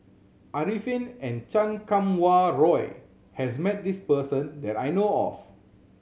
Arifin and Chan Kum Wah Roy has met this person that I know of